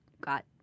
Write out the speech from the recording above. got